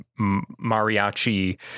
mariachi